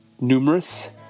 numerous